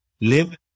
Live